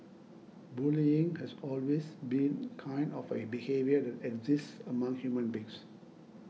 bullying has always been kind of a behaviour that exists among human beings